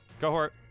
Cohort